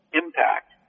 impact